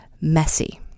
messy